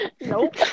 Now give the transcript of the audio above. Nope